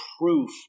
proof